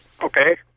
okay